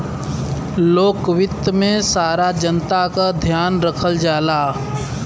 लोक वित्त में सारा जनता क ध्यान रखल जाला